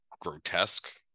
grotesque